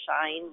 Shine